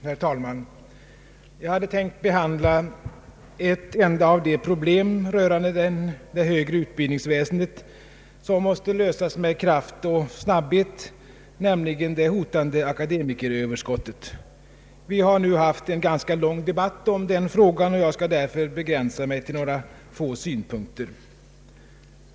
Herr talman! Jag hade tänkt behan 1 la ett enda av de problem rörande det högre utbildningsväsendet som måste lösas med kraft och snabbhet, nämligen det hotande akademikeröverskottet. Vi har nu haft en ganska lång debatt om den frågan, och jag skall därför begränsa mig till några få synpunkter.